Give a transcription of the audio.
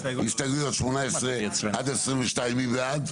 הסתייגויות 18 עד 22. מי בעד?